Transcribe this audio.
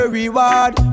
reward